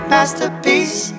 Masterpiece